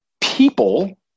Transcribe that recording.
people